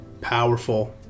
powerful